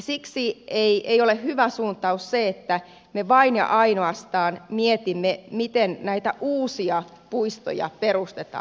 siksi ei ole hyvä suuntaus se että me vain ja ainoastaan mietimme miten näitä uusia puistoja perustetaan